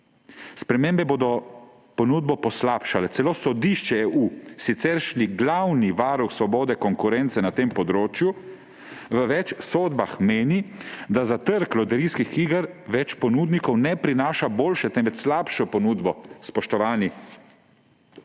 Spremembe bodo ponudbo poslabšale, celo sodišče, ki je siceršnji glavni varuh svobode konkurence na tem področju, v več sodbah meni, da za trg loterijskih iger več ponudnikov ne prinaša boljše, temveč slabšo ponudbo. Spoštovani,